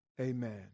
amen